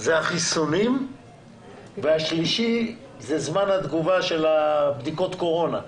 החיסונים והנושא השלישי הוא זמן התגובה של בדיקות הקורונה.